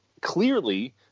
clearly